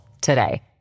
today